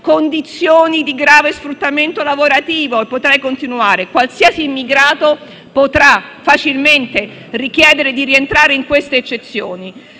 condizioni di grave sfruttamento lavorativo. E potrei continuare. Qualsiasi immigrato potrà facilmente richiedere di rientrare in queste eccezioni.